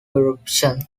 eruption